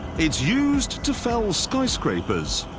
it's used to fell skyscrapers,